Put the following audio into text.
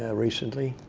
ah recently,